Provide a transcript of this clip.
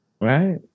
Right